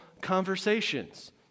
conversations